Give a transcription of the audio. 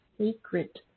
secret